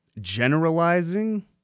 generalizing